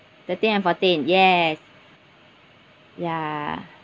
thirteen and fourteen yes ya